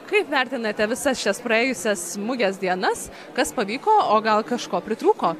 kaip vertinate visas šias praėjusias mugės dienas kas pavyko o gal kažko pritrūko